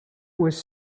was